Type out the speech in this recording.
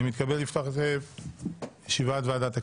בוקר טוב, אני מתכבד לפתוח את ישיבת ועדת הכנסת.